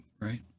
right